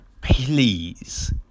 please